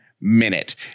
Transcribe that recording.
minute